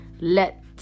Let